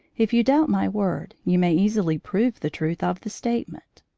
if you doubt my word, you may easily prove the truth of the statement.